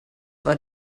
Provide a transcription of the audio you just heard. war